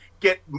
get